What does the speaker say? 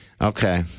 Okay